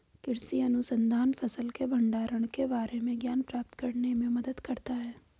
कृषि अनुसंधान फसल के भंडारण के बारे में ज्ञान प्राप्त करने में मदद करता है